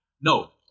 No